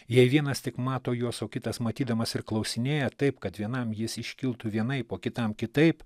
jei vienas tik mato juos o kitas matydamas ir klausinėja taip kad vienam jis iškiltų vienaip o kitam kitaip